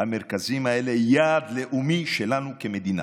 המרכזים האלה יעד לאומי שלנו כמדינה.